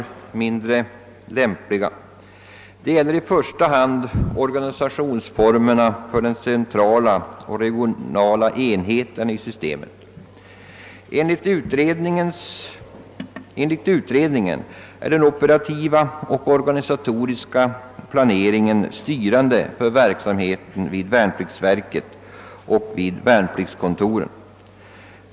I första hand gäller detta organisationsformerna för den centrala och regionala enheten i systemet: Enligt utredning en är den operativa och organisatoriska planeringen styrande för verksamheten i värnpliktsverket och värnpliktskontoren.